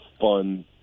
fun